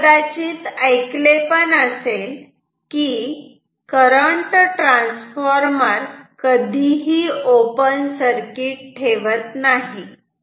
तुम्ही कदाचित ऐकले असेल की करंट ट्रान्सफॉर्मर कधीही ही ओपन सर्किट ठेवत नाही